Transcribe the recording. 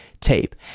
tape